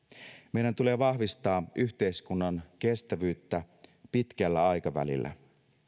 meidän tulee vahvistaa yhteiskunnan kestävyyttä pitkällä aikavälillä